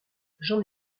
j’en